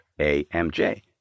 AMJ